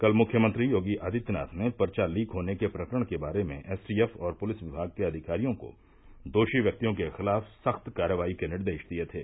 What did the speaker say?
कल मुख्यमंत्री योगी आदित्यनाथ ने पर्चा लीक होने के प्रकरण के बारे में एसटीएफ और पुलिस विमाग के अधिकारियों को दोषी व्यक्तियों के खिलाफ सख्त कार्रवाई के निर्देश दिये थे